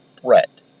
threat